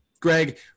Greg